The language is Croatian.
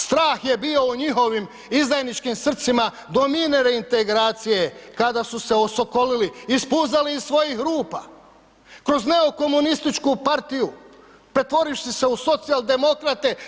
Strah je bio u njihovim izdajničkim srcima do mirne reintegracije kada su se osokolili i ispuzali iz svojih rupa, kroz neokomunističku partiju pretvorivši se u socijaldemokrate.